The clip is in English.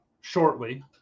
shortly